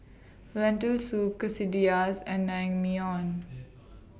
Lentil Soup Quesadillas and Naengmyeon